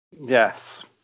Yes